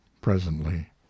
presently